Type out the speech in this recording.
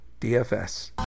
DFS